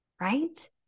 right